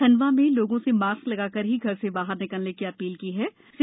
खंडवा में लोगों से मास्क लगाकर ही घर से बाहर निकलने की अप्रील की गयी है